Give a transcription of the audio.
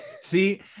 see